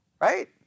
right